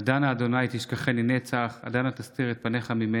כל הנספים שנספו בשואה ובכל מיני